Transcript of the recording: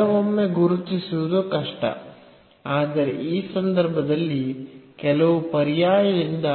ಕೆಲವೊಮ್ಮೆ ಗುರುತಿಸುವುದು ಕಷ್ಟ ಆದರೆ ಈ ಸಂದರ್ಭದಲ್ಲಿ ಕೆಲವು ಪರ್ಯಾಯದಿಂದ